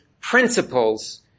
principles